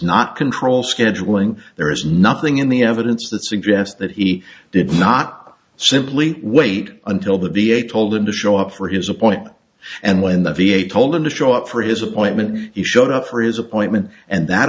not control scheduling there is nothing in the evidence that suggests that he did not simply wait until the v a told him to show up for his appointment and when the v a told him to show up for his appointment he showed up for his appointment and that